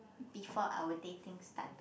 before our dating started